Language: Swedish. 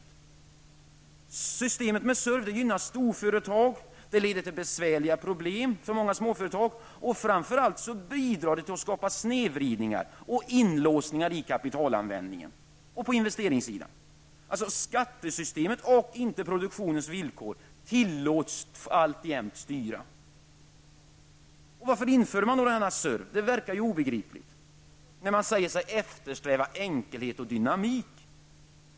SURV systemet gynnar storföretagen. Det leder emellertid till besvärliga problem för många småföretag. Men framför allt bidrar det till snedvridningar och inlåsningar i fråga om kapitalanvändningen och på investeringssidan. Skattesystemet, inte produktionens villkor, tillåts alltjämt styra. Varför infördes då denna SURV? Det verkar obegripligt mot bakgrund av att man säger sig eftersträva enkelhet och dynamit.